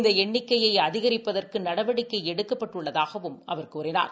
இந்த எண்ணிக்கையை அதிகரிப்பதற்கு நடவடிக்கை எடுக்கப்பட்டுள்ளதாகவும் அவர் கூறினார்